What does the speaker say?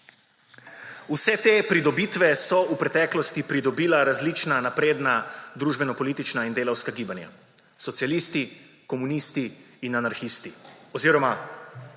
Vse te pridobitve so v preteklosti pridobila različna napredna družbenopolitična in delavska gibanja, socialisti, komunisti in anarhisti oziroma